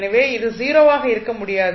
எனவே இது 0 ஆக இருக்க முடியாது